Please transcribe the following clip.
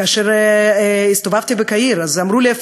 כאשר הסתובבתי בקהיר אמרו לי,